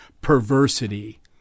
perversity